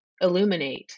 illuminate